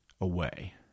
away